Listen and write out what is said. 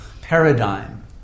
paradigm